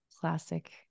classic